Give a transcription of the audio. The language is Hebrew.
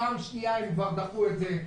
פעם שנייה הם כבר דחו את זה,